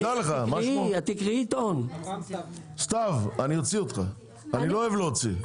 אברהם סתוי, אני לא אוהב להוציא.